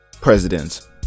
presidents